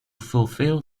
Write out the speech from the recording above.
fulfill